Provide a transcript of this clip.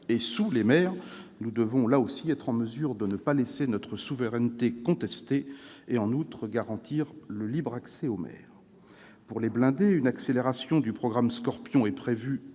et sous les mers. Nous devons là aussi être en mesure d'empêcher notre souveraineté d'être contestée et, en outre, de garantir le libre accès aux mers. Pour les blindés, une accélération du programme Scorpion est prévue,